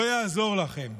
לא יעזור לכם,